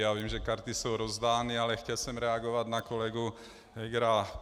Já vím, že karty jsou rozdány, ale chtěl jsem reagovat na kolegu Hegera.